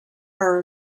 are